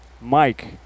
Mike